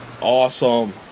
Awesome